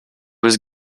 was